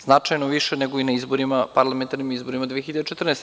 Značajno više nego i na izborima, parlamentarnim izborima 2014. godine.